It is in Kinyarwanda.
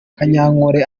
kanyankole